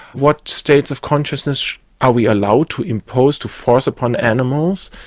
what states of consciousness are we allowed to impose, to force upon animals?